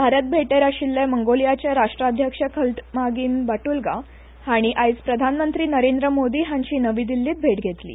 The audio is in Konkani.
भारत भेटेर आयिल्ले मंगोलियाचे राष्ट्राध्यक्ष खल्टमागीन बाट्रल्गा हांणी आज प्रधानमंत्री नरेंद्र मोदी हांची नवी दिल्लींत भेट घेतली